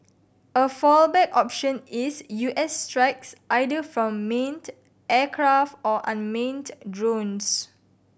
a fallback option is U S strikes either from aircraft or drones